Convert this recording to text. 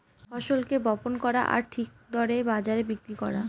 ফসলকে বপন করা আর ঠিক দরে বাজারে বিক্রি করা